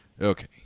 Okay